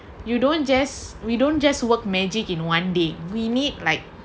you don't just we don't just work magic in one day we need like